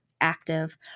active